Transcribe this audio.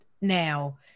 now